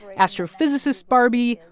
astrophysicist barbie,